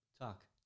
Talk